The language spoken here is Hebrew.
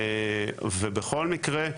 ובכל מקרה,